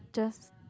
just